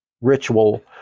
ritual